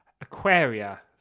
Aquaria